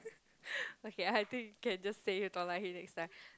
okay I think can just say you don't like him next time